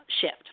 shift